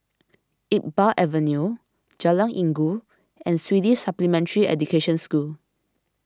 Iqbal Avenue Jalan Inggu and Swedish Supplementary Education School